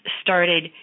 started